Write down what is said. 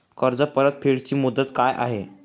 कर्ज परतफेड ची मुदत काय आहे?